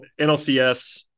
NLCS